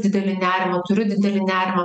didelį nerimą turiu didelį nerimą